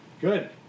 good